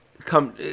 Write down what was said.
Come